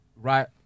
Right